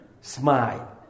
smile